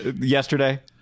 yesterday